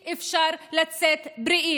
ותקנות החירום אי-אפשר לצאת בריאים.